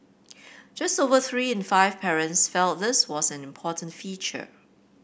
just over three in five parents felt this was an important feature